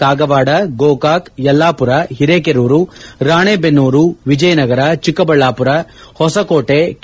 Kagwad Gokak Yellapur Hirekerur Ranebennur Vijayanagara Chikkaballapur Hoskote K